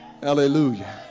Hallelujah